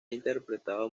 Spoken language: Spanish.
interpretado